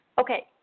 Okay